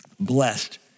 Blessed